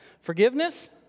Forgiveness